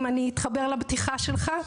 אם אני אתחבר לבדיחה שלך,